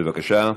בבקשה.